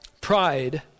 Pride